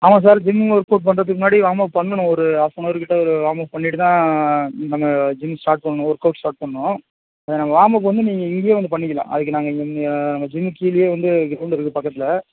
ஆமாம் sir gym workout பண்ணுறதுக்கு முன்னாடி வார்ம் அப் பண்ணணும் ஒரு ஹாஃபனவர்கிட்ட வார்ம் அப் பண்ணிவிட்டு தான் நம்ம ஜிம் ஸ்டார்ட் பண்ணணும் ஒர்க்அவுட் ஸ்டார்ட் பண்ணும் நம்ம வார்ம் அப் வந்து நீங்கள் இங்கே வந்து பண்ணிக்கலாம் அதற்கு நாங்கள் நம்ம ஜிம்க்கு கீழேயே வந்து க்ரௌண்ட் இருக்கு பக்கத்தில்